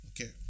Okay